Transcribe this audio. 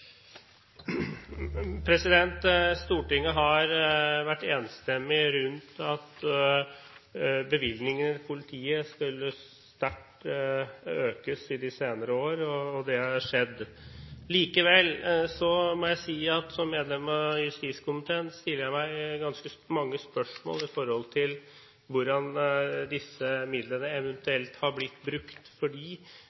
Stortinget har i de senere år vært enstemmig når det gjelder at bevilgningen til politiet sterkt skulle økes. Det har skjedd. Som medlem av justiskomiteen stiller jeg meg likevel ganske mange spørsmål om hvordan disse midlene